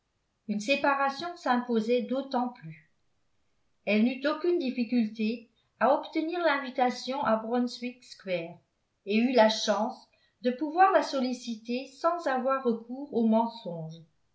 une séparation s'imposait d'autant plus elle n'eut aucune difficulté à obtenir l'invitation à brunswick square et eut la chance de pouvoir la solliciter sans avoir recours au mensonge